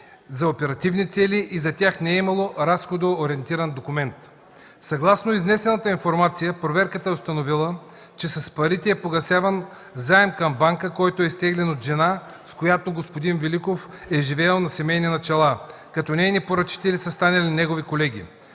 за оперативни цели и за тях не е имало разходоориентиран документ. Съгласно изнесената информация проверката е установила, че с парите е погасяван заем към банка, който е изтеглен от жена, с която господин Великов е живеел на семейни начала, като нейни поръчители са станали негови колеги.